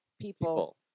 people